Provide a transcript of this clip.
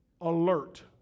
alert